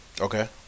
Okay